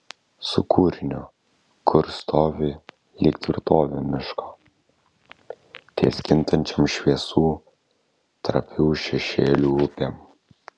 su kūriniu kurs stovi lyg tvirtovė miško ties kintančiom šviesų trapių šešėlių upėm